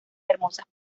hermosas